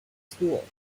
school